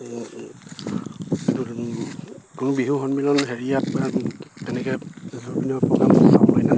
কোনো বিহু সন্মিলন হেৰিয়াত